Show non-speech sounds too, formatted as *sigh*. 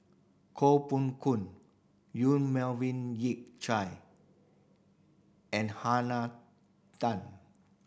Koh Pong *unintelligible* Yong Melvin Yik Chye and *unintelligible* Tan